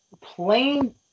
plain